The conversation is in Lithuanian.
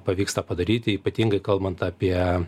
pavyks tą padaryti ypatingai kalbant apie